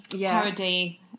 parody